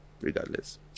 regardless